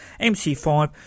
MC5